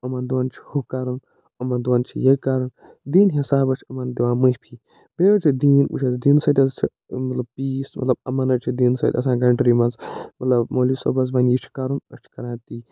یِمَن دۄن چھُ ہُہ کَرُن یِمَن دۄن چھِ یہِ کَرُن دیٖنہٕ حِسابہٕ حظ چھِ یِمَن دِوان معٲفی بیٚیہِ حظ چھُ دیٖن وٕچھ حظ دیٖنہٕ سۭتۍ حظ چھُ مطلب پیٖس مطلب یِمَن حظ چھِ دیٖن سۭتۍ آسان کنٛٹری منٛز مطلب مولوی صوب حظ وَنہِ یہِ چھِ کَرُن أسۍ چھِ کران تی